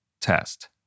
Test